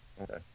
Okay